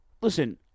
listen